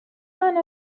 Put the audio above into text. one